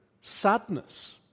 sadness